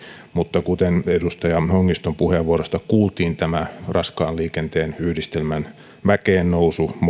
mutta kuten edustaja hongiston puheenvuorosta kuultiin tämä raskaan liikenteen yhdistelmän mäkeen nousu